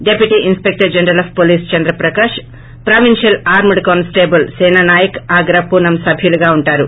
deputy inspector general of police Chandraprakash provincial armed constabulary సేన నాయక్ ఆగ్రా పూనమ్ సభ్యులుగా ఉంటారు